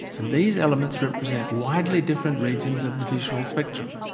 and these elements represent widely different regions of the visible spectrum.